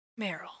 Meryl